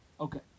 Okay